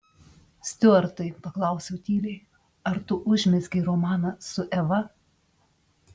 stiuartai paklausiau tyliai ar tu užmezgei romaną su eva